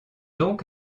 donc